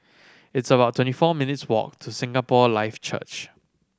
it's about twenty four minutes' walk to Singapore Life Church